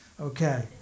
Okay